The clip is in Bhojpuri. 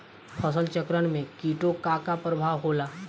फसल चक्रण में कीटो का का परभाव होला?